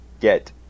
get